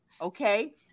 okay